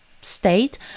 state